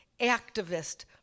activist